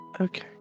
Okay